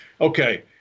Okay